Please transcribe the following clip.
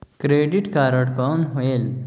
Credit card कौन होएल?